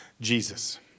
Jesus